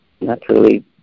naturally